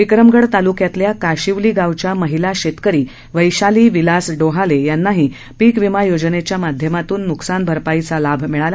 विक्रमगड तालूक्यातल्या काशिवली गावच्या महिला शेतकरी वैशाली विलास डोहाले यांनाही पिका विमा योजनेच्या माध्यमातून न्कसान भरपाईचा लाभ मिळाला